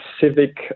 civic